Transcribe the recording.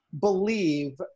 believe